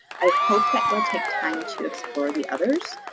i hope that you'll take time to explore the others.